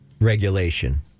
regulation